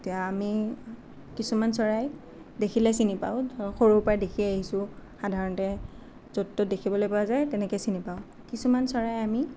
এতিয়া আমি কিছুমান চৰাই দেখিলেই চিনি পাওঁ ধৰক সৰুৰ পৰাই দেখি আহিছোঁ সাধাৰণতে য'ত ত'ত দেখিবলৈ পোৱা যায় তেনেকৈ চিনি পাওঁ কিছুমান চৰাই আমি